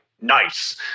nice